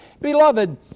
Beloved